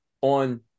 on